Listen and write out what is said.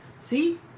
See